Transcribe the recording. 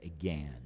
again